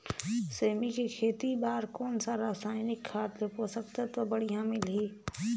सेमी के खेती बार कोन सा रसायनिक खाद ले पोषक तत्व बढ़िया मिलही?